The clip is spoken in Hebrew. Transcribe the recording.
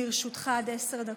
לרשותך עד עשר דקות,